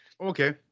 Okay